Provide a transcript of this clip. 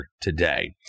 today